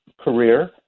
career